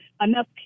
enough